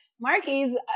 Marky's